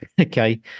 okay